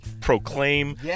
proclaim